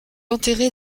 enterré